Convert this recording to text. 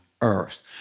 earth